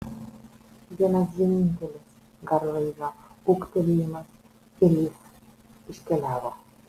vienas vienintelis garlaivio ūktelėjimas ir jis iškeliavo